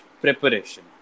preparation